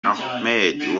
ahmed